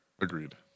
Agreed